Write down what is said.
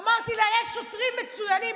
אמרתי לה: יש שוטרים מצוינים.